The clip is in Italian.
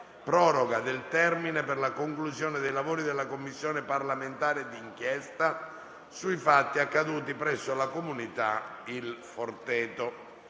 Proroga del termine per la conclusione dei lavori della Commissione parlamentare di inchiesta sui fatti accaduti presso la comunità «Il Forteto»,